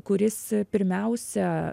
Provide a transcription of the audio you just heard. kuris pirmiausia